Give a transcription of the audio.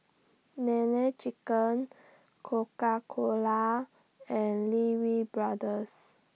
Nene Chicken Coca Cola and Lee Wee Brothers